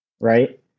Right